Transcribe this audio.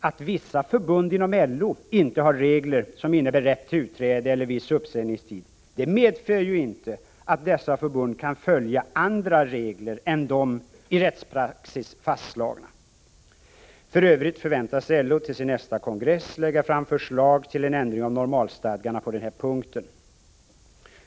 Att vissa förbund inom LO inte har regler som innebär rätt till utträde efter viss uppsägningstid medför inte att dessa förbund kan följa andra regler än de i rättspraxis fastslagna principerna. För övrigt förväntas LO till sin nästa kongress lägga fram förslag till en ändring av normalstadgarna på denna punkt.